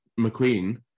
McQueen